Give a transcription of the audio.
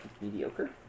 Mediocre